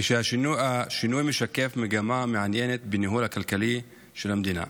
כאשר השינוי משקף מגמה מעניינת בניהול הכלכלי של המדינה.